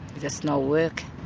there's no work,